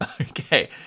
Okay